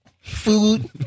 Food